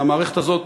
והמערכת הזאת